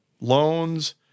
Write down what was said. loans